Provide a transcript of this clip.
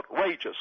outrageous